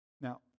Now